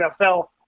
NFL